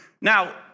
Now